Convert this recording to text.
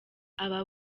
aba